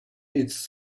its